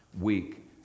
week